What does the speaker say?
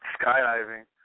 skydiving